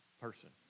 person